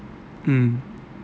mm